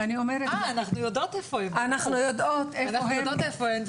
אה, אנחנו יודעות איפה הן.